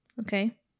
okay